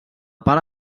part